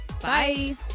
Bye